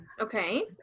Okay